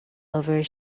over